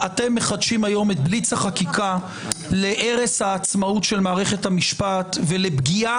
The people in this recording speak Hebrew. אתם מחדשים היום את בליץ החקיקה להרס העצמאות של מערכת המשפט ולפגיעה